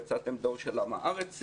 יצאתם דור של עם הארצים.